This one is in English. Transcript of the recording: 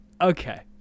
Okay